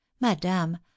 madame